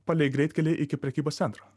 palei greitkelį iki prekybos centro